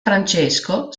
francesco